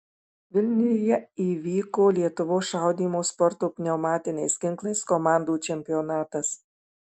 vilniuje įvyko lietuvos šaudymo sporto pneumatiniais ginklais komandų čempionatas